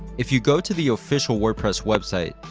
if you go to the official wordpress website,